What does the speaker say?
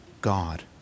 God